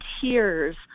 tears